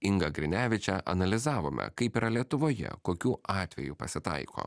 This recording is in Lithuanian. inga grineviče analizavome kaip yra lietuvoje kokių atvejų pasitaiko